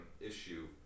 issue